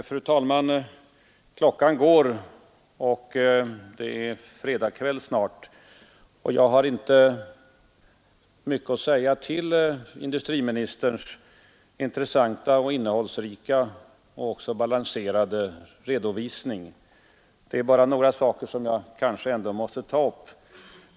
Fru talman! Klockan går, det är snart fredag kväll och jag har inte mycket att säga utöver industriministerns intressanta, innehållsrika och också balanserade redovisning. Det är bara några saker som jag kanske ändå måste ta upp.